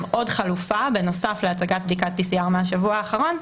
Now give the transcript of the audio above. עוד חלופה בנוסף להצגת בדיקת PCR מהשבוע האחרון,